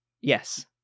Yes